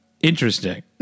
interesting